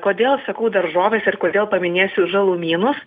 kodėl sakau daržoves ir kodėl paminėsiu žalumynus